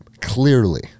clearly